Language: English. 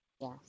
Yes